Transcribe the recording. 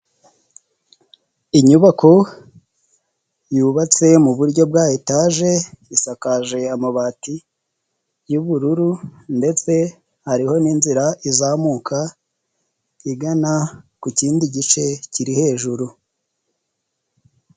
Inyubako, yubatse muburyo bwa etaje, isakaje amabati, y'ubururu ndetse hariho n'inzira izamuka, igana, ku kindi gice, kiri hejuru.